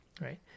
right